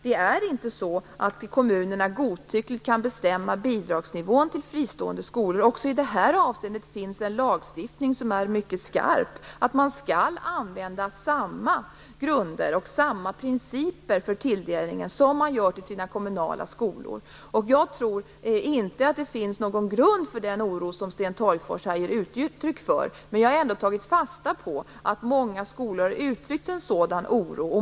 Det är inte så att kommunerna godtyckligt kan bestämma bidragsnivån till fristående skolor. Också i det avseendet finns det en lagstiftning som är mycket skarp. Man skall använda samma grunder och principer för tilldelningen som man gör i fråga om kommunala skolor. Jag tror inte att det finns någon grund för den oro Sten Tolgfors här ger uttryck för, men jag har ändå tagit fasta på att många skolor uttryckt en sådan oro.